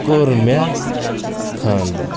کوٚر مےٚ خانٛدر